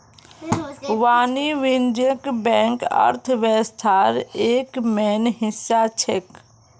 वाणिज्यिक बैंक अर्थव्यवस्थार एक मेन हिस्सा छेक